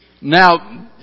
Now